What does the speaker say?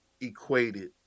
equated